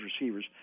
receivers